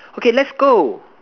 okay let's go